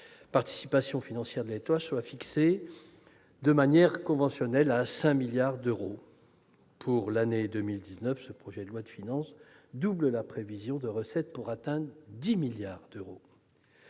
Participations financières de l'État » soit fixé de manière conventionnelle à 5 milliards d'euros. Pour l'année 2019, le projet de loi de finances double la prévision de recettes en la portant à 10 milliards d'euros.